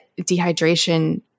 dehydration